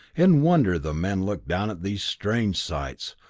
in wonder the men looked down at these strange sights.